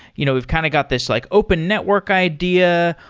you know we've kind of got this like open network idea.